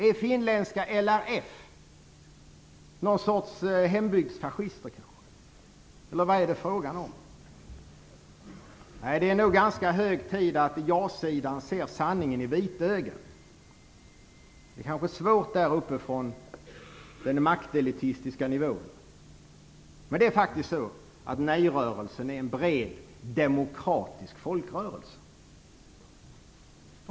Är finländska LRF någon sorts hembygdsfascister? Eller vad är det fråga om? Det är nog ganska hög tid för jasidan att se sanningen i vitögat. Det kanske är svårt att göra det där uppifrån den maktelitistiska nivån. Men nejrörelsen är faktiskt en bred demokratisk folkrörelse.